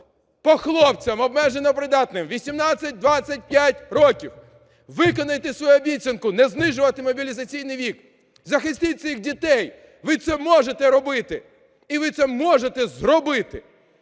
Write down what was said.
по хлопцям обмежено придатним 18-25 років. Виконайте свою обіцянку не знижувати мобілізаційний вік, захистіть цих дітей. Ви це можете робити і ви це можете зробити.